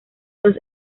los